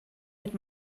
mit